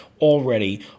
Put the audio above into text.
already